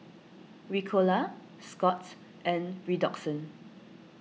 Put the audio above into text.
Ricola Scott's and Redoxon